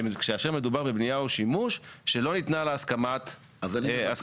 שכאשר מדובר בבנייה או שימוש שלא ניתנה לה הסכמה קניינית.